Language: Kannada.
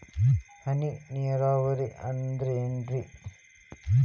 ಹನಿ ನೇರಾವರಿ ಅಂದ್ರೇನ್ರೇ?